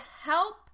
help